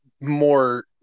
more